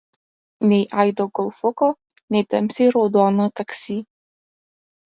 nei aido golfuko nei tamsiai raudono taksi